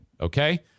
okay